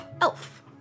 elf